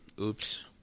Oops